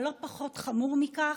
אבל לא פחות חמור מכך,